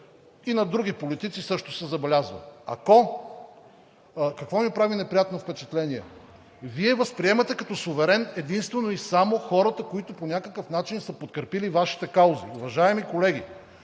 И на други политици също се забелязва. Какво ми прави неприятно впечатление? Вие възприемате като суверен единствено и само хората, които по някакъв начин, са подкрепили Вашата кауза. Уважаеми колеги,